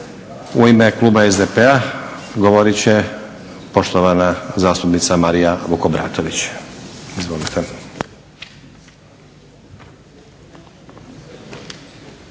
U ime kluba SDP-a govorit će poštovana zastupnica Marija Vukobratović. Izvolite.